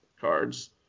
cards